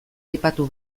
aipatu